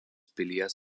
pilies